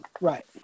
Right